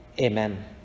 Amen